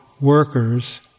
workers